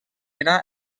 era